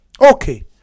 okay